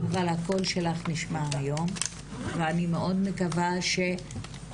אבל הקול שלך נשמע היום ואני מאוד מקווה שתהיי